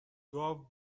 گاو